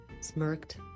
smirked